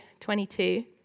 22